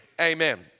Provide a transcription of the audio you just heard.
amen